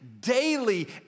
daily